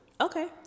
okay